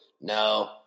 no